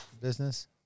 business